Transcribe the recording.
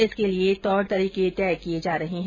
इसके लिए तौर तरीके तय किए जा रहे हैं